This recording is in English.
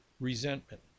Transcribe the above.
resentment